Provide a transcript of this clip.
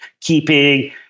keeping